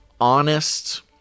honest